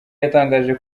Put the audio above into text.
yatangaje